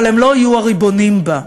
אבל הם לא יהיו הריבונים בה.